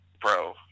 bro